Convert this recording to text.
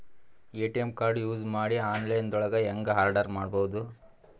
ATM card use ಮಾಡಿ online ದೊಳಗೆ ಹೆಂಗ್ ಆರ್ಡರ್ ಮಾಡುದು?